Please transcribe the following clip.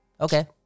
Okay